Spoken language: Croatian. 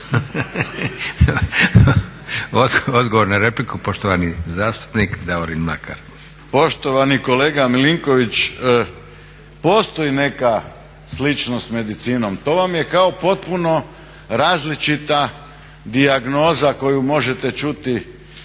Odgovor na repliku, poštovani zastupnik Davorin Mlakar. **Mlakar, Davorin (HDZ)** Poštovani kolega Milinković, postoji neka sličnost s medicinom. To vam je kao potpuno različita dijagnoza koju možete čuti,